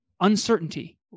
Uncertainty